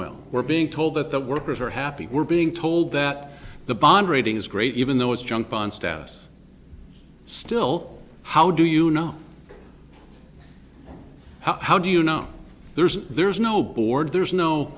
well we're being told that the workers are happy we're being told that the bond rating is great even though it's junk bond status still how do you know how do you know there's there's no board there's no